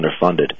underfunded